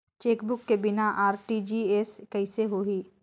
Chequebook के बिना RTGS कइसे होही?